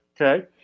Okay